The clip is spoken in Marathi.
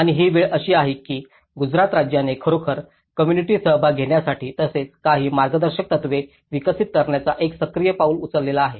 आणि ही वेळ अशी आहे की गुजरात राज्याने खरोखर कोम्मुनिटीत सहभाग घेण्यासाठी तसेच काही मार्गदर्शक तत्त्वे विकसित करण्याचा एक सक्रिय पाऊल उचलला आहे